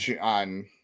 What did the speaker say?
on